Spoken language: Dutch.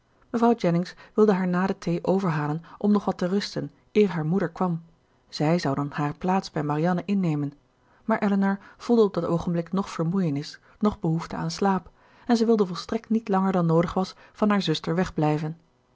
mevrouw jennings wilde haar na de thee overhalen om nog wat te rusten eer haar moeder kwam zij zou dan hare plaats bij marianne innemen maar elinor voelde op dat oogenblik noch vermoeienis noch behoefte aan slaap en zij wilde volstrekt niet langer dan noodig was van haar zuster wegblijven